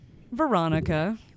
Veronica